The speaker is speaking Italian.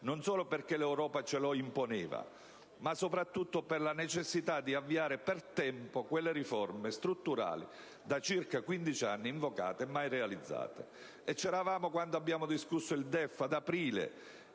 non solo perché l'Europa ce lo imponeva, ma soprattutto per la necessità di avviare le riforme strutturali invocate da circa 15 anni e mai realizzate. E c'eravamo quando abbiamo discusso il DEF ad aprile.